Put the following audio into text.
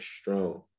strong